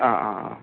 ആ ആ ആ